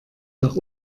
nach